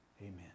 Amen